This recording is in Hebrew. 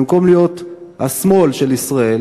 במקום להיות השמאל של ישראל,